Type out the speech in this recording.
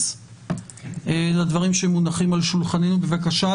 להתייחס לדברים שמונחים על שולחננו, בבקשה.